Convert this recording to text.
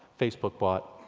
facebook bought.